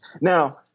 Now